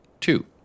Two